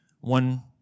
one